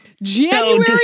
January